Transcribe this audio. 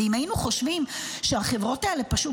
ואם היינו חושבים שהחברות האלה פשוט